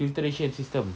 filtration system